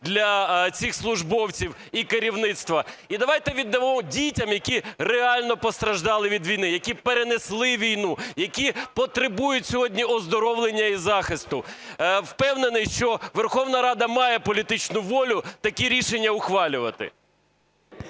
для цих службовців і керівництва, і давайте віддамо дітям, які реально постраждали від війни, які перенесли війну, які потребують сьогодні оздоровлення і захисту. Впевнений, що Верховна Рада має політичну волю такі рішення ухвалювати.